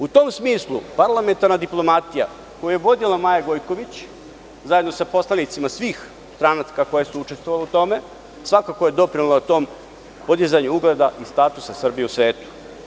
U tom smislu parlamentarna diplomatija koju je vodila Maja Gojković, zajedno sa poslanicima svih stranaka koje su učestvovale u tome, svakako je doprinela tom podizanju ugleda i statusa Srbije u svetu.